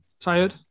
Tired